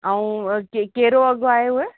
ऐं के कहिड़ो अघु आहे उहे